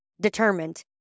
determined